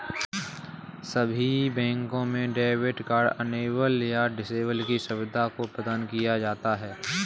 सभी बैंकों में डेबिट कार्ड इनेबल या डिसेबल की सुविधा को प्रदान किया जाता है